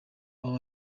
aho